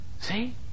See